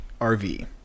RV